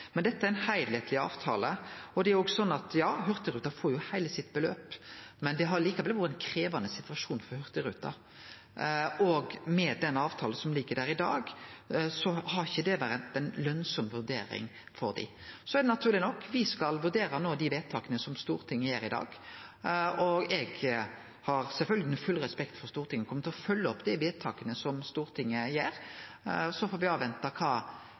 Men dette er ein heilskapleg avtale. Ja, Hurtigruten får heile sitt beløp, men det har likevel vore ein krevjande situasjon for Hurtigruten, og med den avtalen som ligg der i dag, har ikkje det vore ei lønsam vurdering for dei. Så er det naturleg nok slik at me no skal vurdere dei vedtaka som Stortinget gjer i dag, og eg har sjølvsagt full respekt for Stortinget og kjem til å følgje opp dei vedtaka som Stortinget gjer. Så får me vente og sjå kva